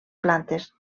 plantes